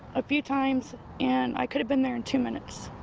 a few times and i could have been there in two minutes.